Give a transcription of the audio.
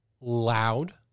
loud